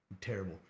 terrible